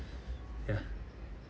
ya